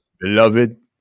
Beloved